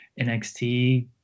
NXT